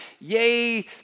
Yay